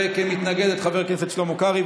וכמתנגד, את חבר הכנסת שלמה קרעי.